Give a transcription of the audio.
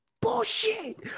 bullshit